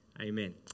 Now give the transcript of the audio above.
amen